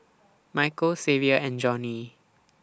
Michael Xavier and Joni